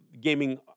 gaming